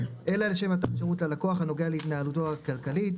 אלא לשם מתן שירות ללקוח הנוגע להתנהלותו הכלכלית,